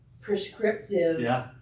prescriptive